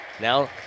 now